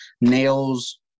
Nails